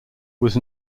was